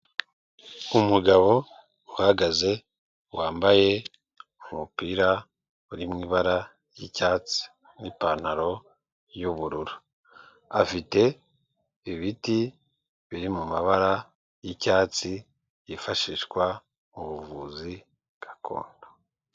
Umugabo uhagaze wambaye umupira uri mu ibara ry'icyatsi n'ipantaro y'ubururu, afite ibiti biri mu mabara y'icyatsi byifashishwa mu buvuzi gakondo.